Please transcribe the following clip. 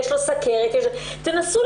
שני הנושאים